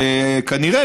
שכנראה,